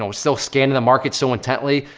so still scanning the market so intently?